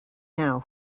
now